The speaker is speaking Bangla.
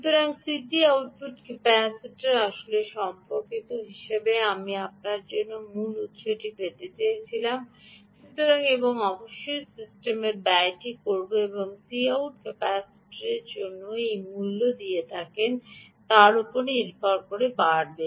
সুতরাং CT আউটপুট ক্যাপাসিটারের সাথে সম্পর্কিত হিসাবে আমি আপনার জন্য মূল উৎসটি পেতে চেয়েছিলাম সুতরাং এবং অবশ্যই সিস্টেমের ব্যয়টি আপনি এই Cout ক্যাপাসিটরের জন্য যে মূল্য দিয়ে থাকেন তার উপর নির্ভর করে বাড়বে